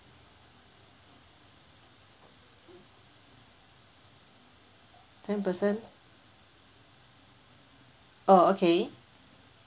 ten person oh okay